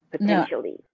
potentially